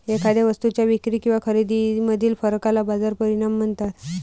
एखाद्या वस्तूच्या विक्री किंवा खरेदीमधील फरकाला बाजार परिणाम म्हणतात